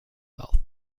wealth